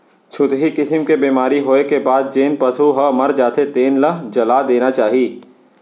छुतही किसम के बेमारी होए के बाद जेन पसू ह मर जाथे तेन ल जला देना चाही